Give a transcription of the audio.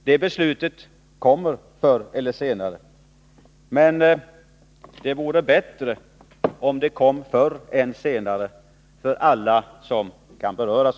Det beslutet kommer förr eller senare, men det vore bättre om det kom förr än senare för alla som kan beröras.